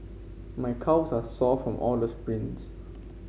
my calves are sore from all the sprints